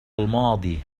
الماضي